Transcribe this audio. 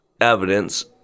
evidence